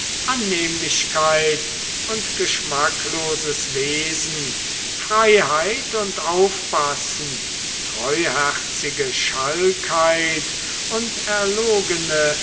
annehmlichkeit und geschmackloses wesen freiheit und aufpassen treuherzige schalkheit und erlogene